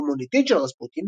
במוניטין של רספוטין,